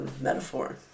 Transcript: metaphor